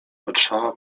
patrzała